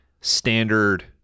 standard